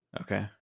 Okay